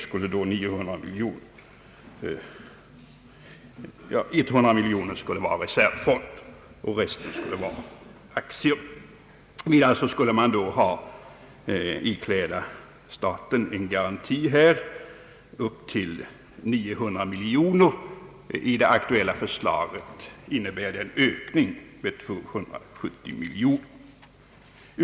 Av dessa avsågs 100 miljoner kronor utgöra reservfond och resten aktier. Vidare skulle staten ikläda sig en garanti på upp till 900 miljoner kronor. Det aktuella förslaget innebär en ökning med 270 miljoner kronor.